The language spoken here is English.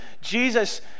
jesus